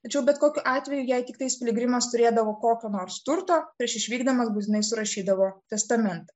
tačiau bet kokiu atveju jei tiktais piligrimas turėdavo kokio nors turto prieš išvykdamas būtinai surašydavo testamentą